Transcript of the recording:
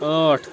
ٲٹھ